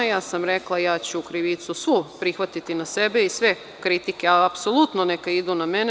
Ja sam rekla, ja ću svu krivicu prihvatiti na sebe i sve kritike, ali apsolutno neka idu na mene.